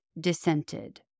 Dissented